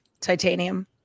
titanium